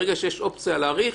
ברגע שיש אופציה להאריך